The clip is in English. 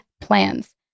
PLANS